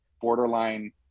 borderline